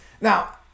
Now